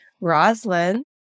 Roslyn